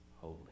holy